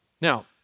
Now